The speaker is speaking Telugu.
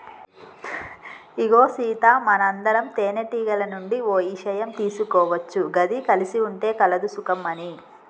ఇగో సీత మనందరం తేనెటీగల నుండి ఓ ఇషయం తీసుకోవచ్చు గది కలిసి ఉంటే కలదు సుఖం అని